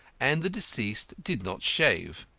and the deceased did not shave,